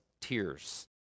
tears